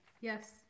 Yes